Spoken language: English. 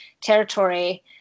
territory